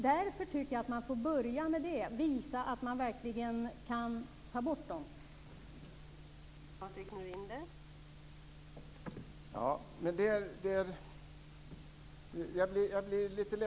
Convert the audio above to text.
Därför får man börja med att visa att man verkligen kan ta bort tillsatserna.